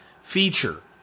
feature